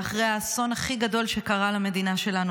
ואחרי האסון הכי גדול שקרה למדינה שלנו